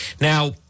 Now